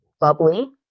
bubbly